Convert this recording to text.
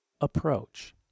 approach